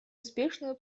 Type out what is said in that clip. успешного